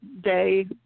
day